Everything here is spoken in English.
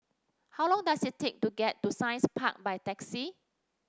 how long does it take to get to Science Park by taxi